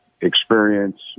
experience